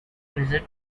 visit